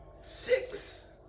Six